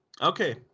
Okay